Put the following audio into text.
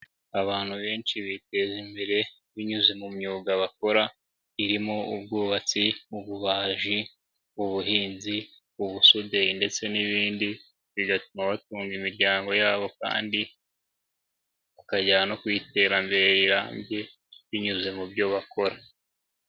Abantu benshi biteza imbere, binyuze mu myuga bakora, irimo ubwubatsi, ububaji, ubuhinzi, ubusuderi, ndetse n'ibindi, bigatuma batunga imiryango yabo kandi, ukagera no ku iterambere rirambye binyuze mu byo bakora.